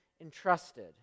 entrusted